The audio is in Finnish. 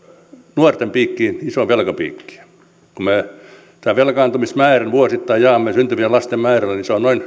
nuorten piikkiin isoa velkapiikkiä kun me tämän velkaantumismäärän vuosittain jaamme syntyvien lasten määrällä niin noin